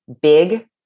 big